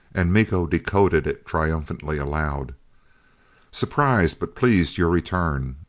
and miko decoded it triumphantly aloud surprised but pleased your return.